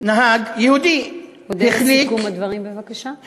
נהג יהודי החליק, אודה על סיכום הדברים בבקשה.